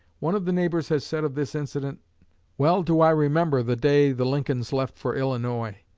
one of the neighbors has said of this incident well do i remember the day the lincolns left for illinois.